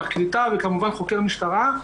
פרקליטה וכמובן חוקר משטרה.